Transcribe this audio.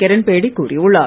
கிரண்பேடி கூறியுள்ளார்